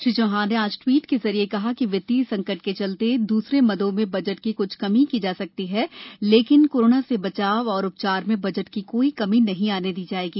श्री चौहान ने आज ट्वीट के जरिये कहा कि वित्तीय संकट के चलते दूसरे मदों में बजट की कुछ कमी की जा सकती है परंतु कोरोना से बचाव एवं उपचार में बजट की कोई कमी नहीं आने दी जाएगी